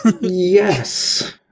Yes